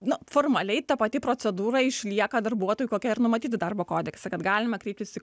nu formaliai ta pati procedūra išlieka darbuotojų kokia ir numatyta darbo kodekse kad galima kreiptis į